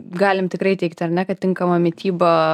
galim tikrai teigti ar ne kad tinkama mityba